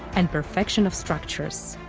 and perfection of structures.